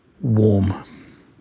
warm